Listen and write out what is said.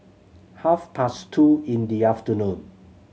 half past two in the afternoon